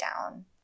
down